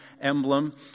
emblem